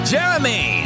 Jeremy